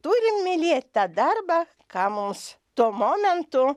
turim mylėt tą darbą ką mums tuo momentu